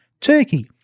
Turkey